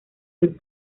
del